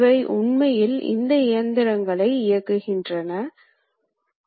இவை சாதாரணமானது மற்றும் CNC இயந்திரங்களின் ஆரம்ப பதிப்புகள்